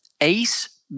ACE